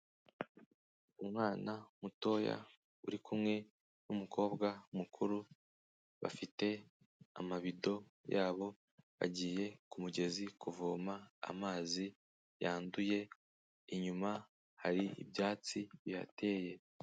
Umwana mutoya uri kumwe n'umukobwa mukuru bafite amabido yabo bagiye ku mugezi kuvoma amazi yanduye, inyuma hari ibyatsi bihateye.